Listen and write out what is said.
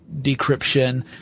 decryption